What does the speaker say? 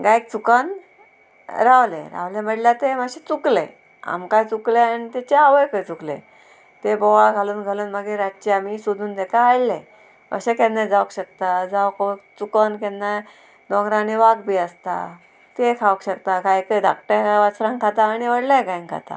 गायक चुकोन रावलें रावलें म्हणल्यार तें मातशें चुकलें आमकांय चुकलें आणी तेचे आवयकय चुकलें तें बोवाळ घालून घालून मागीर रातचें आमी सोदून तेका हाडलें अशें केन्नाय जावंक शकता जावं चुकोन केन्नाय दोंगरांनी वाग बी आसता ते खावंक शकता काय काय धाकटें वाचरांक खाता आनी व्हडले गायक खाता